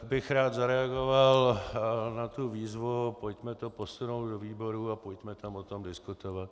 Rád bych zareagoval na tu výzvu pojďme to posunout do výborů a pojďme tam o tom diskutovat.